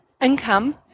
income